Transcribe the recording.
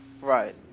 Right